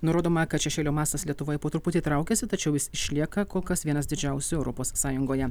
nurodoma kad šešėlio mastas lietuvoje po truputį traukiasi tačiau jis išlieka kol kas vienas didžiausių europos sąjungoje